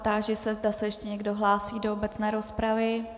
Táži se, zda se ještě někdo hlásí do obecné rozpravy.